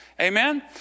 Amen